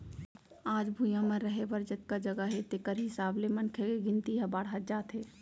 आज भुइंया म रहें बर जतका जघा हे तेखर हिसाब ले मनखे के गिनती ह बाड़हत जात हे